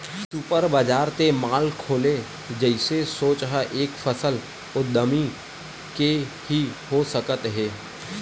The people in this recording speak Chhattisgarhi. सुपर बजार ते मॉल खोले जइसे सोच ह एक सफल उद्यमी के ही हो सकत हे